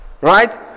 Right